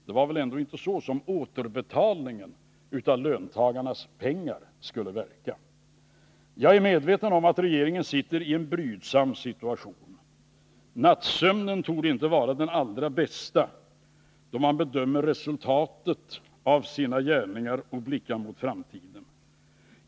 Det var väl ändå inte så återbetalningen av löntagarnas pengar skulle verka. Jag är medveten om att regeringen sitter i en brydsam situation. Nattsömnen torde inte vara den allra bästa då man bedömer resultatet av sina gärningar och blickar mot framtiden.